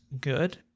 good